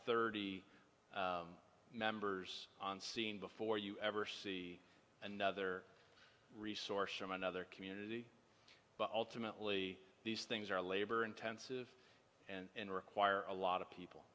thirty members on scene before you ever see another resource from another community but ultimately these things are labor intensive and require a lot of people